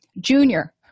Junior